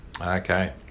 Okay